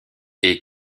est